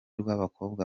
rw’abakobwa